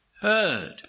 heard